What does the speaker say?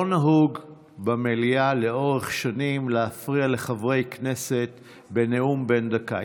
לאורך שנים לא נהוג במליאה להפריע לחברי כנסת בנאום בן דקה.